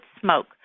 smoke